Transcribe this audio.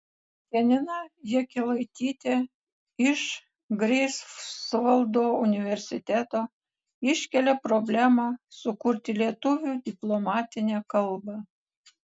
janina jakelaitytė iš greifsvaldo universiteto iškelia problemą sukurti lietuvių diplomatinę kalbą